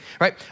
right